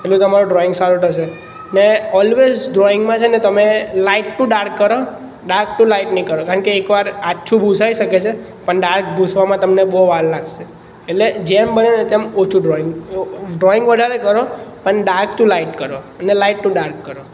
એટલુ તમારો ડ્રોઈંગ સારો થશે ને ઓલવેસ ડ્રોઈંગમાં છે ને તમે લાઇટ ટુ ડાર્ક કરો ડાર્ક ટુ લાઇટ નહીં કરો કારણ કે એકવાર આછું ભુંસાઈ શકે છે પણ ડાર્ક ભૂંસવામાં તમને બહુ વાર લાગશે એટલે જેમ બને ને તેમ ઓછું ડ્રોઈંગ એવો ડ્રોઈંગ વધારે કરો પણ ડાર્ક ટુ લાઇટ કરો એટલે લાઇટ તું ડાર્ક કરો